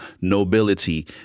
nobility